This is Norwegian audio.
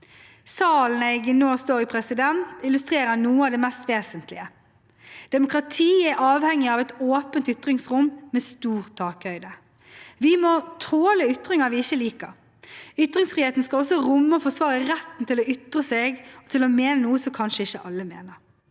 Salen jeg nå står i, illustrerer noe av det mest vesentlige: Demokrati er avhengig av et åpent ytringsrom, med stor takhøyde. Vi må tåle ytringer vi ikke liker. Ytringsfriheten skal også romme og forsvare retten til å ytre seg og til å mene noe som kanskje ikke alle mener.